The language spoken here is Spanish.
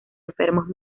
enfermos